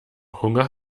hunger